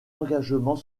engagement